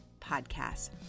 podcast